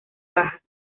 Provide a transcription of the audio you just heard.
bajas